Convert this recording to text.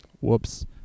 whoops